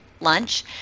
lunch